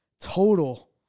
total